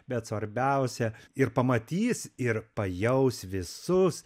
bet svarbiausia ir pamatys ir pajaus visus